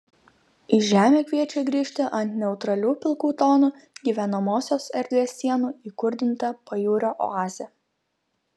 į žemę kviečia grįžti ant neutralių pilkų tonų gyvenamosios erdvės sienų įkurdinta pajūrio oazė